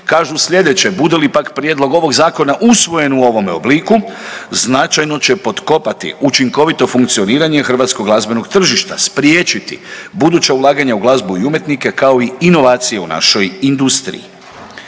kažu sljedeće: „Bude li prijedlog ovog zakona usvojen u ovome obliku značajno će potkopati učinkovito funkcioniranje hrvatskog glazbenog tržišta, spriječiti buduća ulaganja u glazbu i umjetnike kao i inovacije u našoj industriji.